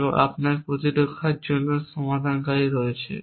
এবং আপনার প্রতিরক্ষার জন্য সমাধানকারী রয়েছে